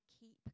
Keep